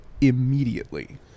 immediately